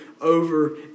over